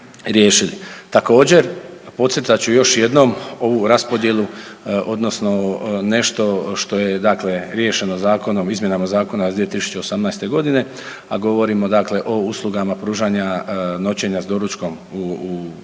Također, podcrtat ću još jednom ovu raspodjelu odnosno nešto što je dakle riješeno zakonom, izmjenama zakona iz 2018. godine, a govorimo dakle o uslugama pružanja noćenja s doručkom u objektima